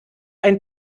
ein